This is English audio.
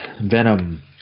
Venom